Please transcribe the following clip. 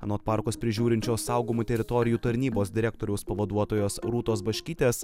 anot parkus prižiūrinčios saugomų teritorijų tarnybos direktoriaus pavaduotojos rūtos baškytės